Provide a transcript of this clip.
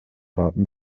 warten